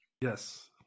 yes